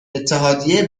اتحادیه